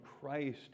Christ